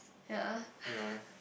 ya